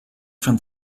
from